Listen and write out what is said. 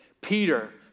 Peter